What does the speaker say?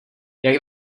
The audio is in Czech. jak